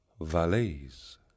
valets